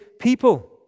people